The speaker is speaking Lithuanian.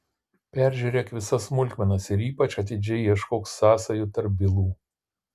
peržiūrėk visas smulkmenas ir ypač atidžiai ieškok sąsajų tarp bylų